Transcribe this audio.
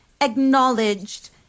acknowledged